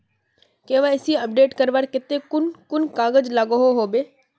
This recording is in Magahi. के.वाई.सी अपडेट करवार केते कुन कुन कागज लागोहो होबे?